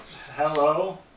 Hello